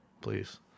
please